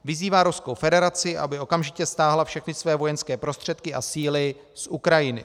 Vyzývá Ruskou federaci, aby okamžitě stáhla všechny své vojenské prostředky a síly z Ukrajiny.